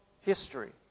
history